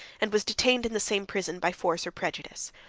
and was detained, in the same prison, by force or prejudice.